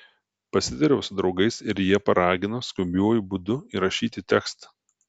pasitariau su draugais ir jie paragino skubiuoju būdu įrašyti tekstą